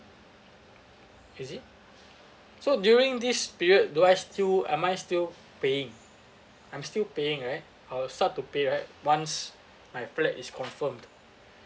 is it so during this period do I still am I still paying I'm still paying right I'll start to pay right once my flat is confirmed